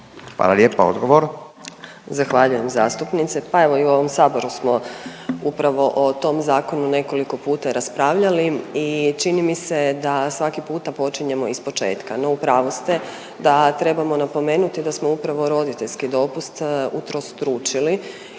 Hvala lijepa. Odgovor.